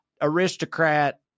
aristocrat